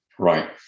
right